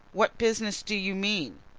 what business do you mean?